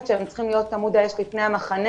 שהם צריכים להיות עמוד האש לפני המחנה,